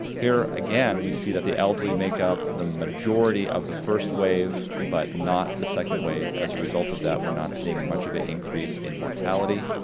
here again, we see that the elderly make up the majority of the first wave, but not the second wave. as a result of that, we're not seeing much of an increase in mortality.